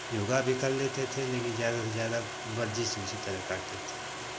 योगा भी कर लेते थे लेकिन ज़्यादा से ज़्यादा वर्जीश भी उसी तरह करते थे